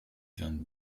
vingt